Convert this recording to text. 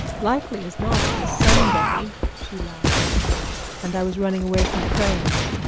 likely as not was sunday, she laughed and i was running away from prayers,